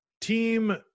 Team